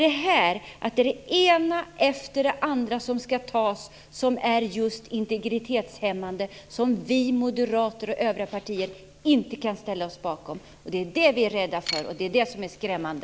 Det är detta, att det ena efter det andra antas som är just integritetshämmande, som vi moderater och övriga partier inte kan ställa oss bakom. Det är det vi är rädda för. Det är det som är skrämmande.